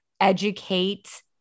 educate